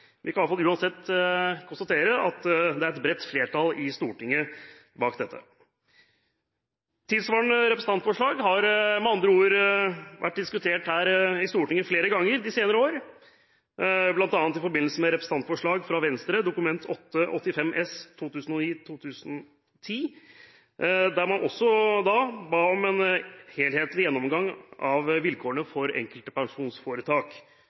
Vi kan iallfall uansett konstatere at det er et bredt flertall i Stortinget bak dette. Tilsvarende representantforslag har med andre ord vært diskutert her i Stortinget flere ganger de senere år, bl.a. i forbindelse med representantforslag fra Venstre, Dokument 8:85 S 2009–2010, der man også ba om en «helhetlig gjennomgang av vilkårene